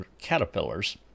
caterpillars